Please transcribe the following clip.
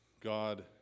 God